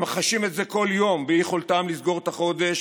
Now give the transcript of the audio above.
הם חשים את זה כל יום באי-יכולתם לסגור את החודש,